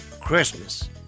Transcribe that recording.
Christmas